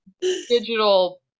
digital